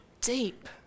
deep